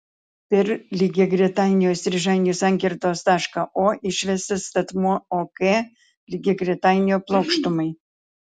per lygiagretainio įstrižainių sankirtos tašką o išvestas statmuo ok lygiagretainio plokštumai